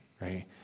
right